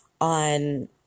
on